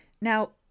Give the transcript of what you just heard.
Now